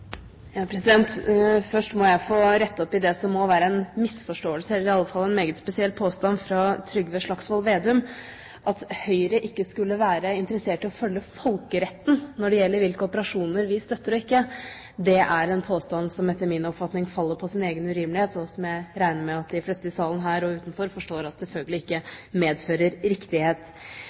misforståelse, eller i alle fall en meget spesiell påstand fra Trygve Slagsvold Vedum. At Høyre ikke skulle være interessert i å følge folkeretten når det gjelder hvilke operasjoner vi støtter og ikke støtter, er en påstand som etter min oppfatning faller på sin egen urimelighet, og som jeg regner med at de fleste i salen her og utenfor forstår selvfølgelig ikke medfører riktighet.